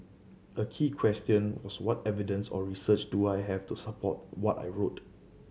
a key question was what evidence or research do I have to support what I wrote